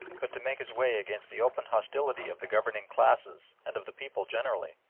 but to make his way against the open hostility of the governing classes and of the people generally.